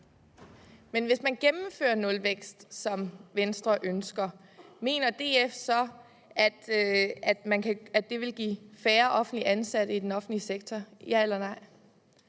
Hvis man gennemfører en nulvækst, som Venstre ønsker, mener DF så, at det vil give færre offentligt ansatte i den offentlige sektor – ja eller nej?